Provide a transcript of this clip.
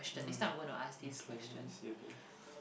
mm okay let me see again